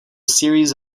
series